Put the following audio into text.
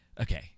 okay